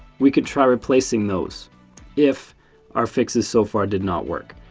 we could try replacing those if our fixes so far did not work.